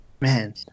Man